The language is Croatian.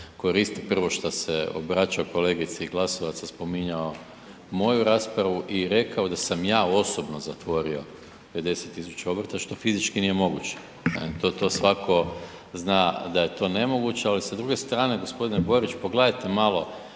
prvo što se obraća kolegici Glasovac, a spominjao moju raspravu i rekao da sam ja osobno zatvorio 50 tisuća obrta što fizički nije moguće, ne? To svatko zna da je to nemoguće, ali sa druge strane, g. Borić, pogledajte malo,